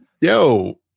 Yo